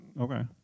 okay